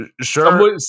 Sure